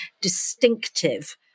distinctive